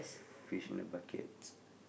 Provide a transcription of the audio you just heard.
fish in the buckets